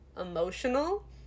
emotional